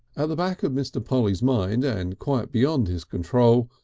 at the back of mr. polly's mind, and quite beyond his control,